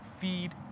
feed